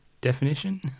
definition